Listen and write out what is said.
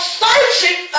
searching